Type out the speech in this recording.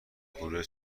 گروه